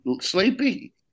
Sleepy